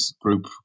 group